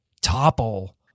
topple